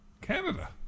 Canada